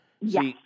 Yes